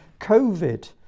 COVID